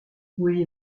oui